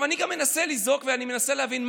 אני גם מנסה לזעוק ואני מנסה להבין: